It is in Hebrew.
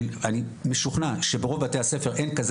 אני משוכנע שברוב בתי הספר אין כזה